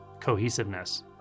cohesiveness